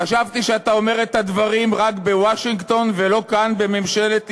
חשבתי שאתה אומר את הדברים רק בוושינגטון ולא כאן בממשלת ישראל,